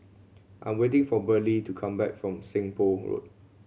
I am waiting for Burley to come back from Seng Poh Road